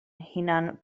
hunan